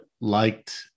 liked